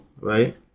right